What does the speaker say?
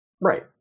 Right